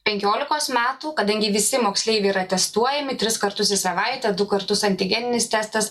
penkiolikos metų kadangi visi moksleiviai yra testuojami tris kartus į savaitę du kartus antigeninis testas